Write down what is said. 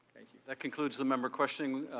thank you, that concludes the member questioning,